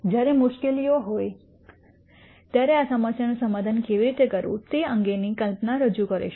જ્યારે મુશ્કેલીઓ હોય ત્યારે આ સમસ્યાઓનું સમાધાન કેવી રીતે કરવું તે અંગેના કલ્પનાઓ રજૂ કરીશું